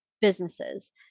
businesses